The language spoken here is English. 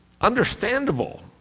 understandable